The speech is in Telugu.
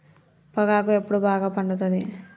పొగాకు ఎప్పుడు బాగా పండుతుంది?